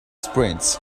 sprints